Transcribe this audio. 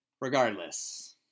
Regardless